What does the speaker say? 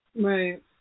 Right